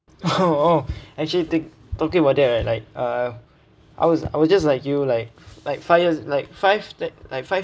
oh actually take~ talking about that right like uh I was I was just like you like like five years like five twe~ like five